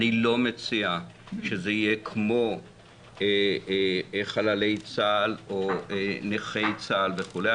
אני לא מציע שזה יהיה כמו חללי צה"ל או נכי צה"ל וכולי,